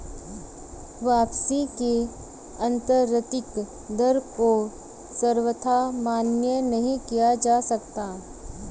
वापसी की आन्तरिक दर को सर्वथा मान्य नहीं किया जा सकता है